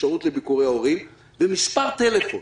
אפשרות לביקורי הורים ומספר טלפון,